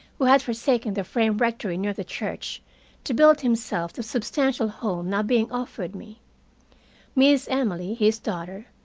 who had forsaken the frame rectory near the church to build himself the substantial home now being offered me miss emily, his daughter,